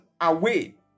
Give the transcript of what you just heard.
away